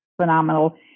phenomenal